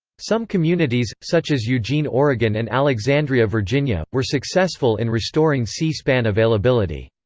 some communities, such as eugene, oregon and alexandria virginia, were successful in restoring c-span availability.